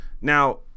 now